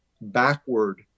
backward